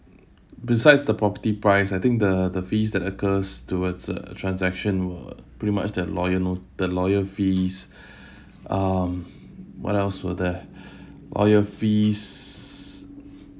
besides the property price I think the the fees that occurs towards the transaction were pretty much that lawyer note the lawyer fees um what else were there lawyer fees